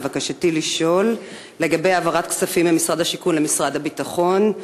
ביקשתי לשאול לגבי העברת כספים ממשרד השיכון למשרד הביטחון.